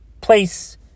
place